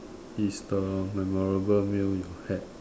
is the memorable meal you had